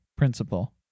principle